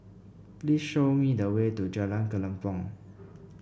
please show me the way to Jalan Kelempong